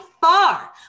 far